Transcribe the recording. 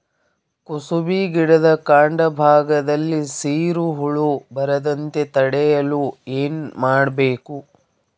ಕುಸುಬಿ ಗಿಡದ ಕಾಂಡ ಭಾಗದಲ್ಲಿ ಸೀರು ಹುಳು ಬರದಂತೆ ತಡೆಯಲು ಏನ್ ಮಾಡಬೇಕು?